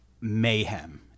mayhem